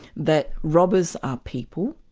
that robbers are people,